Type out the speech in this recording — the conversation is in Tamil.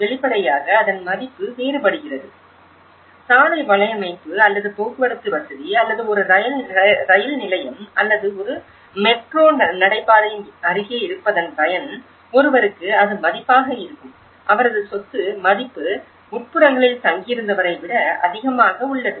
வெளிப்படையாக அதன் மதிப்பு வேறுபடுகிறது சாலை வலையமைப்பு அல்லது போக்குவரத்து வசதி அல்லது ஒரு ரயில் நிலையம் அல்லது ஒரு மெட்ரோ நடைபாதையின் அருகே இருப்பதன் பயன் ஒருவருக்கு அது மதிப்பாக இருக்கும் அவரது சொத்து மதிப்பு உட்புறங்களில் தங்கியிருந்தவரை விட அதிகமாக உள்ளது